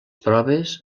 proves